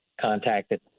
contacted